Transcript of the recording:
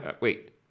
Wait